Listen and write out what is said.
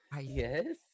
Yes